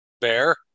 Bear